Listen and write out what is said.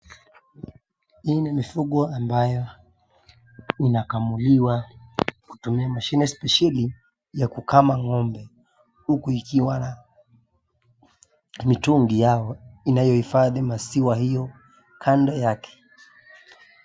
Hii ni mifugo ambayo inakamuliwa kutumia mashine spesheli ya kukama ng'ombe huku ikiwa na mitungi yao inayohifadhi maziwa hiyo kando yake.